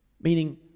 Meaning